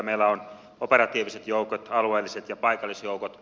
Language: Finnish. meillä on operatiiviset joukot alueelliset ja paikallisjoukot